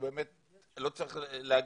באמת לא צריך להגיד,